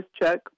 check